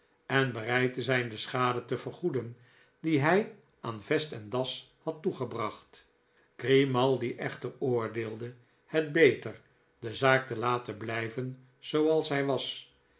en bereid te zijn de schade te vergoeden die hij aan vest en das had toegebracht grimaldi echter oordeelde het beter de zaak te laten blijven zooals zij was